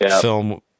film